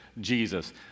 Jesus